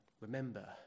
remember